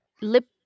lip